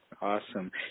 Awesome